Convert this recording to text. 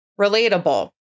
relatable